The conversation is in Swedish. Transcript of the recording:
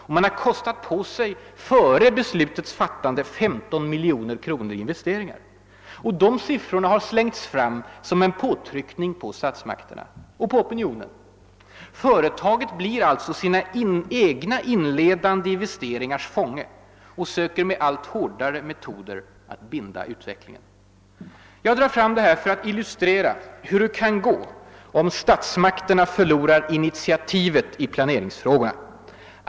Före beslutets fattande hade man kostat på sig 15 miljoner i investeringar. Dessa siffror har nu slängts fram som påtryckning på statsmakter och opinion. Företaget blir alltså sina egna inledande investeringars fånge och söker med allt hårdare metoder att binda utvecklingen. Jag drar fram det här för att illustrera hur det kan gå om statsmakterna förlorar initiativet i planeringsfrågan.